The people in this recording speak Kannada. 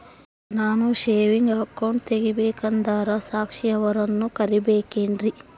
ನಾನು ಸೇವಿಂಗ್ ಅಕೌಂಟ್ ತೆಗಿಬೇಕಂದರ ಸಾಕ್ಷಿಯವರನ್ನು ಕರಿಬೇಕಿನ್ರಿ?